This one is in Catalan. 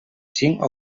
cinc